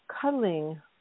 cuddling